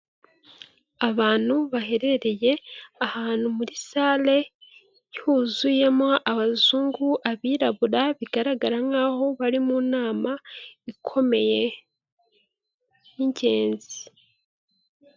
Abantu baherereye ahantu muri sale, huzuyemo abazungu, abirabura bigaragara nk'aho bari mu nama, ikomeye y'ingenzi.